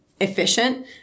efficient